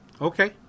Okay